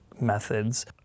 Methods